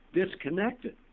disconnected